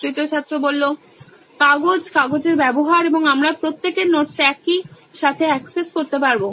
তৃতীয় ছাত্র কাগজ কাগজের ব্যবহার এবং আমরা প্রত্যেকের নোটসে একইসাথে অ্যাক্সেস করতে পারব